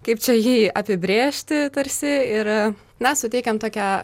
kaip čia jį apibrėžti tarsi ir na suteikiam tokią